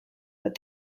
but